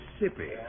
Mississippi